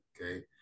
okay